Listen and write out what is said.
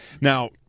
Now